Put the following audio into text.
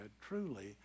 Truly